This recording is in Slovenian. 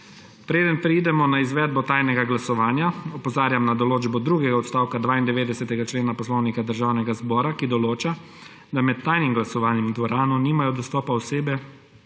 Preden preidemo na izvedbo tajnega glasovanja, opozarjam na določbo drugega odstavka 92. člena Poslovnika Državnega zbora, ki določa, da med tajnim glasovanjem v dvorano nimajo dostopa osebe,